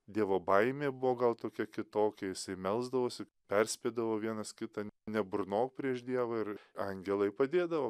dievo baimė buvo gal tokia kitokia jisai melsdavosi perspėdavo vienas kitą neburnok prieš dievą ir angelai padėdavo